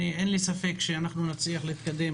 אין לי ספק שאנחנו נצליח להתקדם